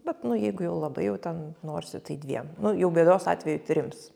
bet nu jeigu jau labai jau ten norisi tai dviem nu jau bėdos atveju trims